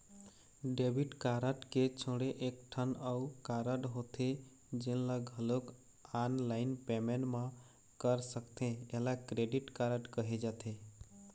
debit card के छोड़े एकठन अउ कारड होथे जेन ल घलोक ऑनलाईन पेमेंट म कर सकथे एला क्रेडिट कारड कहे जाथे